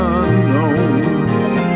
unknown